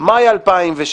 מאי 2016